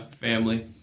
family